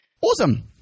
Awesome